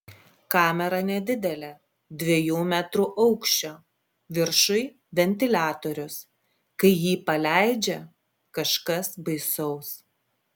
kamera nedidelė dviejų metrų aukščio viršuj ventiliatorius kai jį paleidžia kažkas baisaus